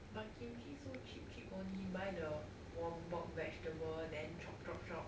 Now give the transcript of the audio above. but kimchi so cheap cheap only buy the vegetable then chop chop chop